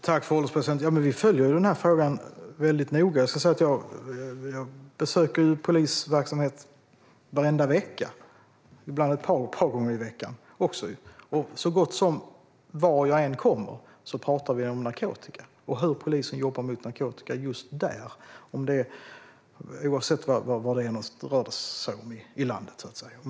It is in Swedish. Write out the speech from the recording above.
Fru ålderspresident! Vi följer denna fråga mycket noga. Jag besöker polisverksamheter varje vecka, och ibland ett par gånger i veckan. Nästan var jag än är talar vi om narkotika och hur polisen jobbar mot narkotika just där, oavsett var någonstans i landet det är.